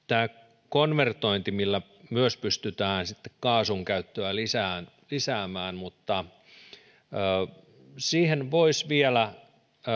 tämä konvertointi millä myös pystytään kaasun käyttöä lisäämään lisäämään siihen voisi vielä